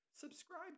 Subscribe